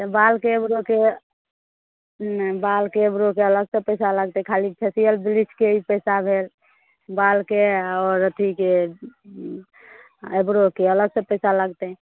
तऽ बालके आइब्रोके नहि बालके आइब्रोके अलग से पैसा लागतै खाली फेसियल बिलीचके ई पैसा भेल बालके आओर अथीके आइब्रोके अलग से पैसा लगतै